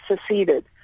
seceded